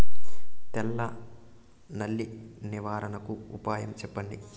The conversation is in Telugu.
తెల్ల నల్లి నివారణకు ఉపాయం చెప్పండి?